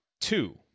two